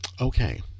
Okay